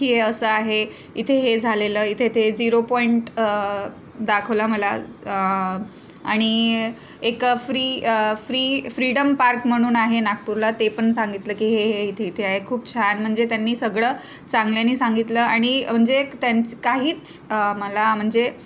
की हे असं आहे इथे हे झालेलं इथे ते झिरो पॉईंट दाखवला मला आणि एक फ्री फ्री फ्रीडम पार्क म्हणून आहे नागपूरला ते पण सांगितलं की हे हे इथे इथे आहे खूप छान म्हणजे त्यांनी सगळं चांगल्याने सांगितलं आणि म्हणजे त्यांचं काहीच मला म्हणजे